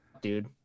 dude